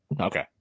Okay